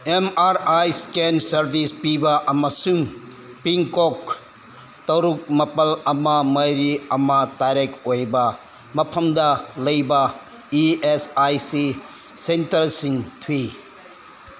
M R I ꯏꯁꯀꯦꯟ service ꯄꯤꯕ ꯑꯃꯁꯨꯡ ꯄꯤꯟꯀꯣꯛ ꯇꯔꯨꯛ ꯃꯥꯄꯜ ꯑꯃ ꯃꯔꯤ ꯑꯃ ꯇꯔꯦꯠ ꯑꯣꯏꯕ ꯃꯐꯝꯗ ꯂꯩꯕ ꯏꯤ ꯑꯦꯁ ꯑꯥꯏ ꯁꯤ ꯁꯦꯟꯇꯔꯁꯤꯡ ꯊꯤꯌꯨ